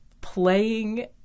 playing